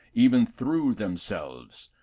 even through them selves.